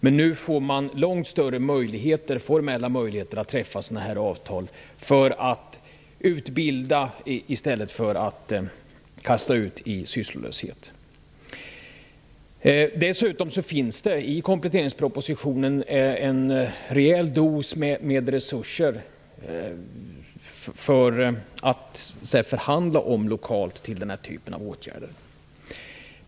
Men nu får man långt större formella möjligheter att träffa avtal om att utbilda människor i stället för att kasta ut dem i sysslolöshet. Dessutom finns det i kompletteringspropositionen en rejäl dos resurser att lokalt förhandla om till den här typen av åtgärder.